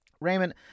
Raymond